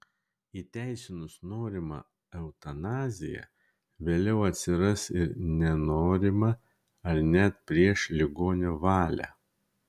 įteisinus norimą eutanaziją vėliau atsiras ir nenorima ar net prieš ligonio valią